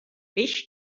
peix